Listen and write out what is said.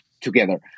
Together